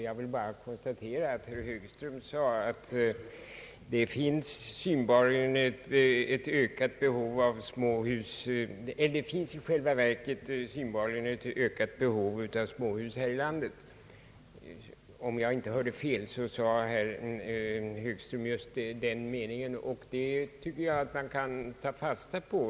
Jag vill bara konstatera att herr Högström, om jag inte hörde fel, sade att det i själva verket synbarligen finns ett ökat behov av småhus här i landet. Det tycker jag att man kan ta fasta på.